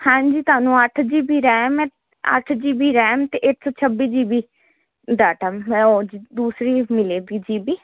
ਹਾਂਜੀ ਤੁਹਾਨੂੰ ਅੱਠ ਜੀਬੀ ਰੈਮ ਆ ਅੱਠ ਜੀ ਬੀ ਰੈਮ ਤੇ ਇੱਕ ਸੋ ਛੱਬੀ ਜੀਬੀ ਡਾਟਾ ਓ ਜੀ ਦੂਸਰੀ ਮਿਲੇਗੀ ਜੀਬੀ